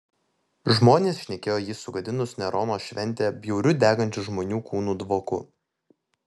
žmonės šnekėjo jį sugadinus nerono šventę bjauriu degančių žmonių kūnų dvoku